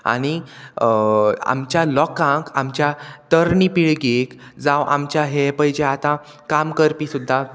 आनी आमच्या लोकांक आमच्या तरणी पिळगीक जावं आमच्या हे पयचे आतां काम करपी सुद्दां